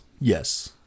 Yes